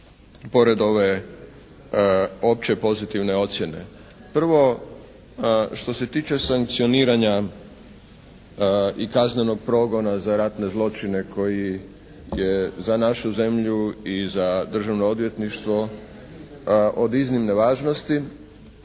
Pored ove opće pozitivne ocjene. Prvo, što se tiče sankcioniranja i kaznenog progona za ratne zločine koji je za našu zemlju i za Državno odvjetništvo od iznimne važnosti,